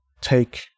take